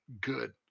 good